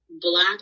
Black